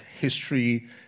history